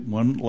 one